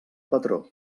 patró